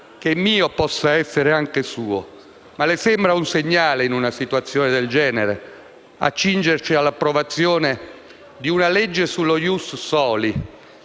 che è mio possa essere anche suo. Ma le sembra un segnale, in una situazione del genere, accingerci all'approvazione di una legge come lo *ius soli*,